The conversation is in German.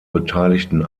beteiligten